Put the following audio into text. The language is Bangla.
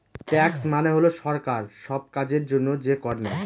ট্যাক্স মানে হল সরকার সব কাজের জন্য যে কর নেয়